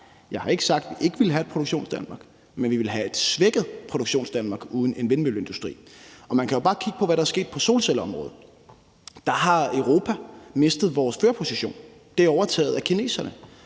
jeg har ikke sagt, vi ikke ville have et Produktionsdanmark, men vi ville have et svækket Produktionsdanmark uden en vindmølleindustri. Man kan jo bare kigge på, hvad der er sket på solcelleområdet. Der har vi i Europa mistet vores førerposition. Den er overtaget af kineserne.